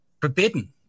forbidden